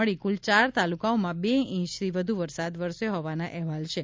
મળી કુલ ચાર તાલુકાઓમાં બે ઇંચથી વધુ વરસાદ વરસ્યો હોવાના અહેવાલો છે